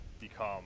become